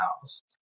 house